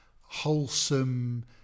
wholesome